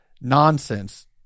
nonsense